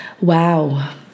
Wow